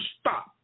stop